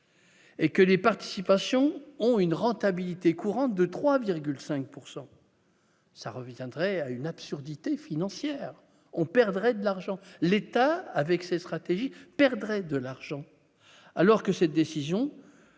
Et que les participations ont une rentabilité courante de 3,5 pourcent ça reviendrait à une absurdité financière on perdrait de l'argent l'État avec ses stratégies perdrait de l'argent alors que cette décision